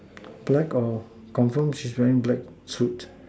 black or confirm she's wearing black suit